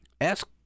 ask